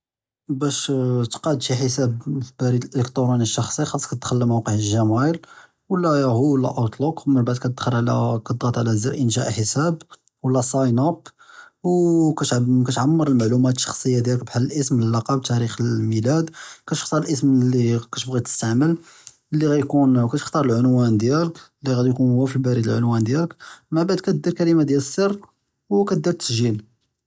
באש תקאד שי חִסאבּ פי אלברִיד אלאלִכתרוּנִי אלשַּחְצִי חאצכ תדכּ'ל אלמוּקע טִימאיל ולא יאהו ולא אוּתלוּכּ, מבּעד כתדְעַט עלא זר אינשָא חִסאבּ ולא סַיְן אַפּ, וּכתעַמֶר אלמעלוּמאת אלשַּחְצִיָה דיאלק בחאל אלאסְם, אללַקּבּ ותארִיך אלאמִילאד, וּכתכּתאר אלאסְם אלִי כתבּע'י תסתעמל, וּכתכּתאר אלעִנוָאן דיאלק, ומןבעד כּדִיר אלכּלִמה דיאל אלסֶּר וּכתדִיר תִסְגִ'יל.